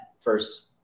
first